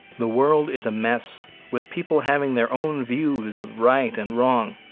the world is a mess with people having their own views of right and wrong.